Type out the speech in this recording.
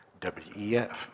WEF